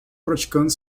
praticando